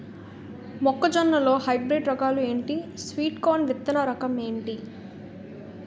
మొక్క జొన్న లో హైబ్రిడ్ రకాలు ఎంటి? స్వీట్ కార్న్ విత్తన రకం ఏంటి?